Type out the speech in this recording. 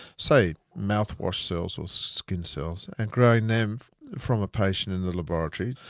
say mouthwash cells, or skin cells, and growing them from a patient in the laboratory.